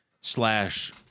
slash